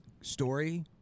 story